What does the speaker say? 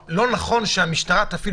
האם לא נכון שבמקרה הזה המשטרה תפעיל